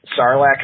Sarlacc